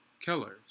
killers